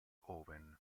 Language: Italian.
owen